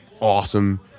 awesome